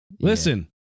Listen